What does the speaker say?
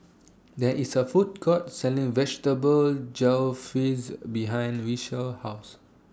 There IS A Food Court Selling Vegetable Jalfrezi behind Richelle's House